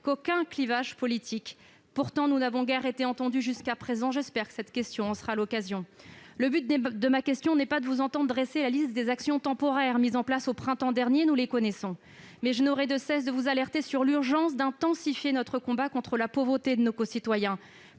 aucun clivage politique. Pourtant, nous n'avons guère été entendus jusqu'à présent. J'espère que ma question en sera l'occasion ! Le but de celle-ci n'est pas de vous entendre dresser la liste des actions temporaires mises en place au printemps dernier- nous les connaissons -, mais je n'aurai de cesse de vous alerter sur l'urgence d'intensifier notre combat contre la pauvreté de nos concitoyens.